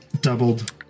doubled